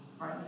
Right